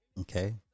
Okay